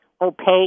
opaque